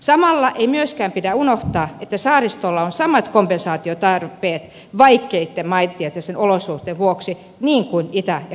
samalla ei myöskään pidä unohtaa että saaristolla on samat kompensaatiotarpeet vaikeiden maantieteellisten olosuhteiden vuoksi kuin itä ja pohjois suomella